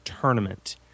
tournament